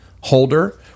holder